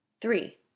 Three